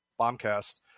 BombCast